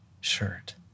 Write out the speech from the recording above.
shirt